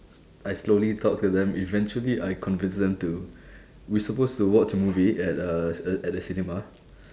I slowly talk to them eventually I convince them to we suppose to watch a movie at uh uh at the cinema